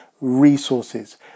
resources